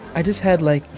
i just had, like,